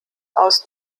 aus